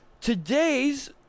Today's